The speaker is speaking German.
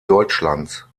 deutschlands